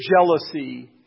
jealousy